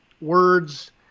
words